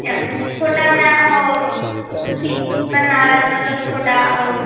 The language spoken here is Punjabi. ਤੁਹਾਡਾ ਮੈਂ ਉਹ ਤੁਸੀਂ ਬਰਨਾਲਾ 'ਚ ਮਤਲਬ ਤੁਹਾਡਾ ਉਹ